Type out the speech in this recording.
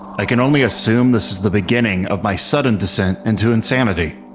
i can only assume this is the beginning of my sudden descent into insanity.